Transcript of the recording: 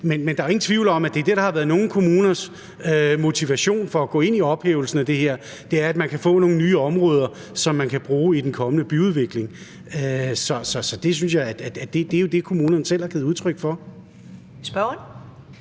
Men der er jo ingen tvivl om, at det er det, der har været nogle kommuners motivation for at gå ind i ophævelsen af det her, nemlig at man kan få nogle nye områder, som man kan bruge i den kommende byudvikling. Så det er jo det, kommunerne selv har givet udtryk for.